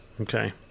Okay